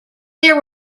there